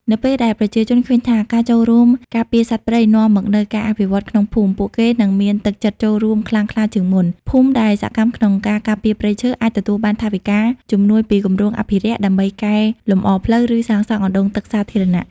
នៅពេលដែលប្រជាជនឃើញថា ការចូលរួមការពារសត្វព្រៃនាំមកនូវការអភិវឌ្ឍក្នុងភូមិ ពួកគេនឹងមានទឹកចិត្តចូលរួមខ្លាំងក្លាជាងមុន។ ភូមិដែលសកម្មក្នុងការការពារព្រៃឈើ អាចទទួលបានថវិកាជំនួយពីគម្រោងអភិរក្ស ដើម្បីកែលម្អផ្លូវ ឬសាងសង់អណ្តូងទឹកសាធារណៈ។